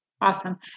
awesome